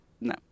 no